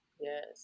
yes